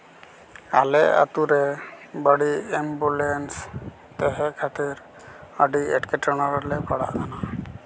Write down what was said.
ᱟᱞᱮ ᱟᱛᱳᱨᱮ ᱵᱟᱹᱲᱤᱡ ᱮᱢᱵᱩᱞᱮᱱᱥ ᱛᱟᱦᱮᱸ ᱠᱷᱟᱹᱛᱤᱨ ᱟᱹᱰᱤ ᱮᱴᱠᱮᱴᱚᱬᱮ ᱨᱮᱞᱮ ᱯᱟᱲᱟᱣ ᱞᱮᱱᱟ